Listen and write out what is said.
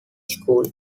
school